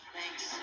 Thanks